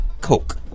coke